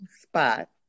spot